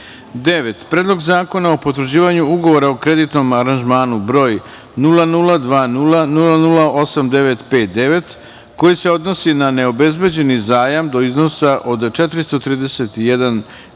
banke, Predlog zakona o potvrđivanju Ugovora o kreditnom aranžmanu br. 0020008959 koji se odnosi na neobezbeđeni zajam do iznosa od